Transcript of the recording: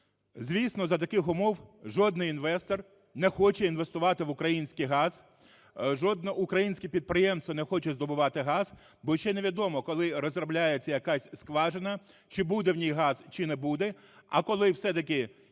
Звісно, за таких умов жодний інвестор не хоче інвестувати в український газ, жодне українське підприємство не хоче здобувати газ, бо ще не відомо, коли розробляється якасьскважина, чи буде в ній газ, чи не буде, а коли все-таки якась